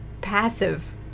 passive